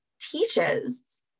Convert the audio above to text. teaches